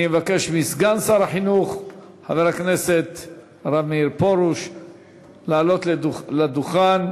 אני אבקש מסגן שר החינוך חבר הכנסת הרב מאיר פרוש לעלות לדוכן.